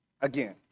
again